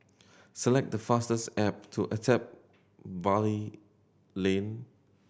select the fastest to Attap Valley Lane